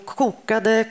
kokade